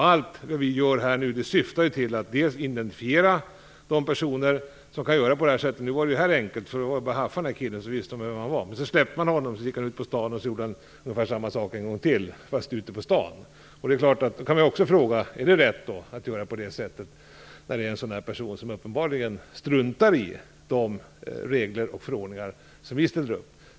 Allt vi gör nu syftar till att identifiera de personer som kan göra på det här sättet. Nu var ju det här enkelt; det var ju bara att haffa killen, så visste man ju vem han var. Men sedan släppte man honom, och han gick ut på stan och gjorde ungefär samma sak en gång till, fast ute på stan. Då kan man också fråga sig om det är rätt att göra på det sättet när det är fråga om en person som uppenbarligen struntar i de regler och förordningar som vi ställer upp.